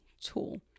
tool